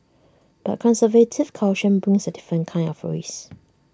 but conservative caution brings A different kind of risk